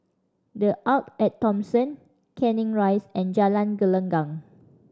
The Arte At Thomson Canning Rise and Jalan Gelenggang